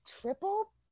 triple